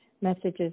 messages